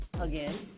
again